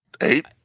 Eight